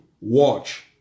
watch